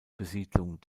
besiedlung